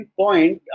point